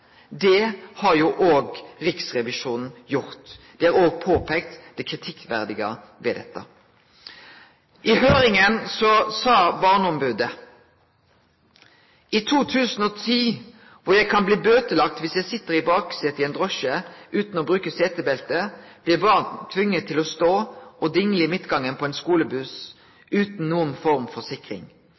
Riksrevisjonen gjort. Dei har òg påpeikt det kritikkverdige ved dette. I høringa sa ein representant for barneombodet: «I 2010, hvor jeg kan bli bøtelagt hvis jeg sitter i baksetet i en drosje uten å bruke setebelte, blir barn tvunget til å stå og dingle i midtgangen på en skolebuss uten noen form for sikring.»